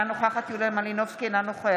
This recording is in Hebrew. אינה נוכחת יוליה מלינובסקי קונין,